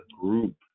group